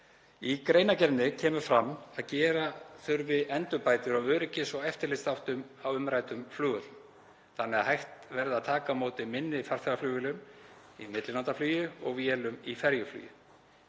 Í greinargerðinni kemur fram að gera þurfi endurbætur á öryggis- og eftirlitsþáttum á umræddum flugvöllum þannig að hægt verði að taka á móti minni farþegaflugvélum í millilandaflugi og vélum í ferjuflugi.